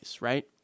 right